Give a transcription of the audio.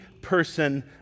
person